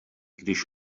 když